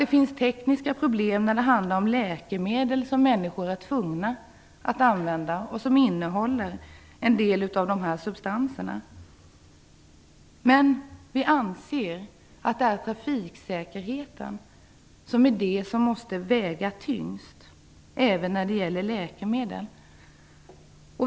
Det finns tekniska problem när det handlar om läkemedel som människor är tvungna att använda och som innehåller en del av dessa substanser. Men vi anser att trafiksäkerheten måste väga tyngst även när det gäller läkemedel.